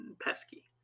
Pesky